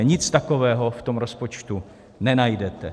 Nic takového v tom rozpočtu nenajdete.